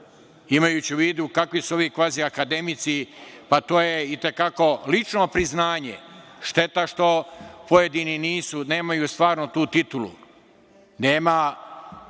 imajući u vidu kakvi su ovi kvaziakademici, to je i te kako lično priznanje. Šteta što pojedini nemaju stvarno tu titulu. Nema